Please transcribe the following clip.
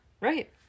Right